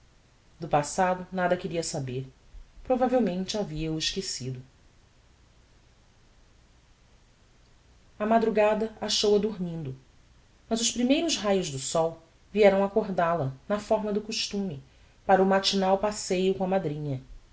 do passado nada queria saber provavelmente havia o esquecido a madrugada achou-a dormindo mas os primeiros raios do sol vieram accordal a na fórma do costume para o matinal passeio com a madrinha